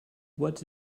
what